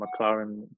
McLaren